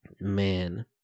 Man